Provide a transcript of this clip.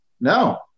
no